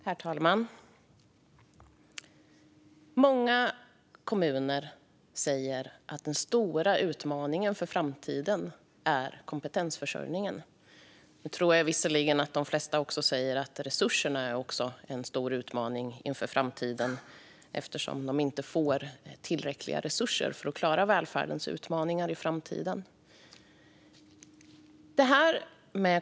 Herr talman! Många kommuner säger att den stora utmaningen inför framtiden är kompetensförsörjningen. Nu tror jag visserligen att de flesta också säger att resurserna är en stor utmaning inför framtiden eftersom de inte får tillräckliga resurser för att klara välfärdens utmaningar i framtiden.